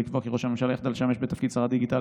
ולקבוע כי ראש הממשלה יחדל לשמש בתפקיד שר הדיגיטל